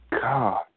God